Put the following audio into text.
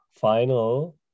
final